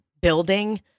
building